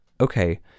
Okay